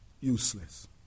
useless